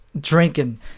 drinking